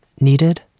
needed